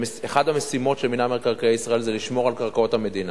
שאחת המשימות של מינהל מקרקעי ישראל זה לשמור על קרקעות המדינה.